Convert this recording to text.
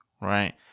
right